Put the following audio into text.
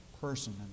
person